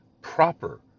proper